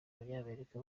abanyamerika